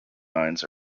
mines